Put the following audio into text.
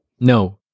No